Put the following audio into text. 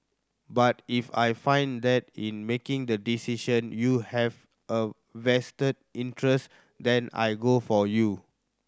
but if I find that in making the decision you have a vested interest then I go for you